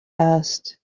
asked